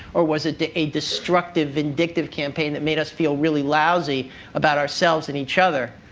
or was it a destructive, vindictive campaign that made us feel really lousy about ourselves and each other?